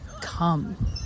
come